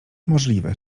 możliwe